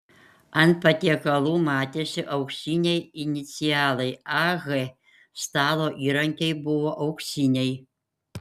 ant patiekalų matėsi auksiniai inicialai ah stalo įrankiai buvo auksiniai